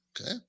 Okay